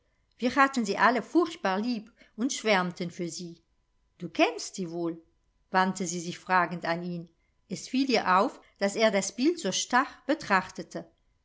wir hatten sie alle furchtbar lieb und schwärmten für sie du kennst sie wohl wandte sie sich fragend an ihn es fiel ihr auf daß er das bild so starr betrachtete